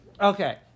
Okay